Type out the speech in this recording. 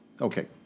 Okay